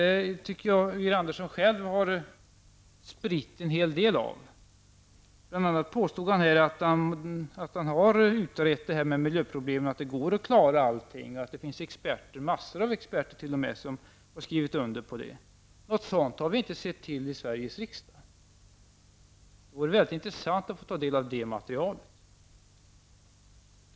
Jag tycker att Georg Andersson själv har spritt en hel del fördomar och vilseledande uppgifter. Han påstod bl.a. att man har utrett miljöproblemen, att det går att klara och att experter -- t.o.m. massor av experter -- skrivit under på detta. Något sådant material har vi i Sveriges riksdag inte sett till. Det vore väldigt intressant att få ta del av det materialet.